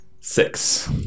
Six